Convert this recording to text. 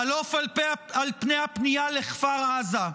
חלוף על פני הפנייה לכפר עזה.